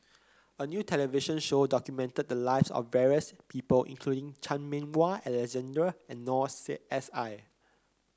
a new television show documented the lives of various people including Chan Meng Wah Alexander and Noor S I